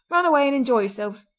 run away and enjoy yourselves!